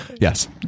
Yes